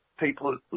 people